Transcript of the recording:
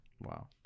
Wow